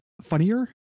funnier